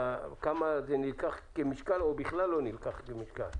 כמה זה נלקח במשקל או בכלל לא נלקח במשקל?